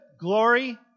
glory